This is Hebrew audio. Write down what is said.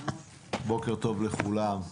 בוקר טוב לכולם.